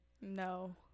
No